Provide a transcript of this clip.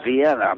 Vienna